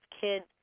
kids